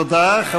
תודה.